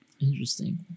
Interesting